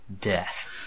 death